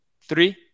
three